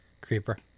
creeper